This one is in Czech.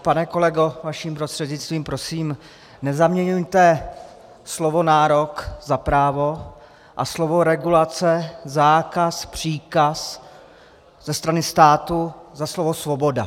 Pane kolego vaším prostřednictvím, prosím, nezaměňujte slovo nárok za právo a slovo regulace, zákaz, příkaz ze strany státu za slovo svoboda.